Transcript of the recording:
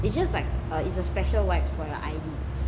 it's just like it's a special wipes for the eye lids